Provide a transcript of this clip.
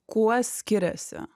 kuo skiriasi